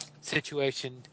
situation